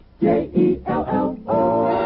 J-E-L-L-O